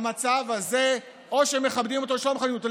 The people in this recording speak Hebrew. המצב הזה, או שמכבדים אותו או שלא מכבדים אותו.